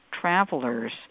travelers